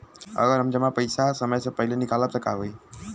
अगर हम जमा पैसा समय से पहिले निकालब त का होई?